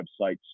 websites